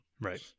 Right